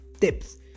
tips